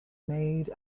made